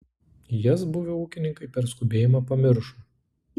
jas buvę ūkininkai per skubėjimą pamiršo